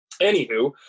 anywho